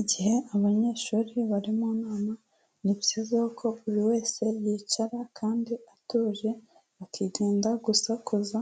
Igihe abanyeshuri bari mu nama ni byiza yuko buri wese yicara kandi atuje, akirinda gusakuza